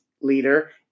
leader